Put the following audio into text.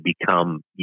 become